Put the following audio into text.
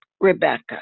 Rebecca